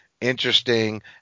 interesting